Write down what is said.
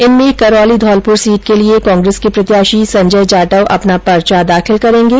इनमें करौली धौलपुर सीट के लिये कांग्रेस के प्रत्याशी संजय जाटव अपना पर्चा दाखिल करेंगे